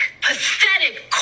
pathetic